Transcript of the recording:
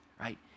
right